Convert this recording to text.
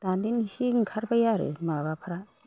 दानदेन एसे ओंखारबाय आरो माबाफ्रा